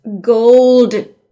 gold